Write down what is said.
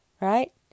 right